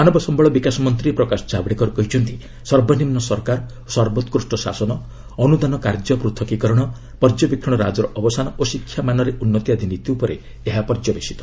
ମାନବ ସମ୍ଭଳ ବିକାଶ ମନ୍ତ୍ରୀ ପ୍ରକାଶ ଜାବ୍ଡେକର କହିଛନ୍ତି ସର୍ବନିମ୍ନ ସରକାର ଓ ସର୍ବୋକୁଷ୍ଟ ଶାସନ ଅନୁଦାନ କାର୍ଯ୍ୟ ପୂଥକୀକରଣ ପର୍ଯ୍ୟବେକ୍ଷଣ ରାଜର ଅବସାନ ଓ ଶିକ୍ଷା ମାନରେ ଉନ୍ନତି ଆଦି ନୀତି ଉପରେ ଏହା ପର୍ଯ୍ୟବସିତ